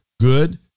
good